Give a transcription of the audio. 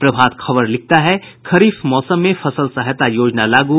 प्रभात खबर लिखता है खरीफ मौसम में फसल सहायता योजना लागू